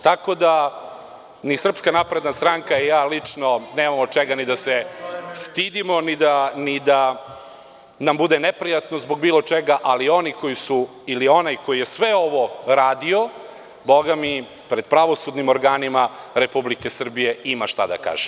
Tako da, ni SNS i ja lično, nemamo od čega da se stidimo ni da nam bude neprijatno zbog bilo čega, ali oni koji su, ili onaj koji je sve ovo radio, boga mi, pred pravosudnim organima Republike Srbije, ima šta da kaže.